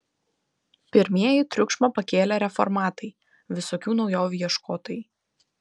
pirmieji triukšmą pakėlė reformatai visokių naujovių ieškotojai